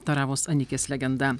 taravos anikės legenda